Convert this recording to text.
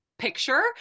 picture